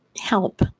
help